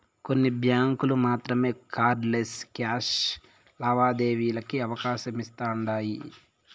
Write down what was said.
కొన్ని బ్యాంకులు మాత్రమే కార్డ్ లెస్ క్యాష్ లావాదేవీలకి అవకాశమిస్తుండాయ్